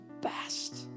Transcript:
best